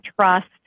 trust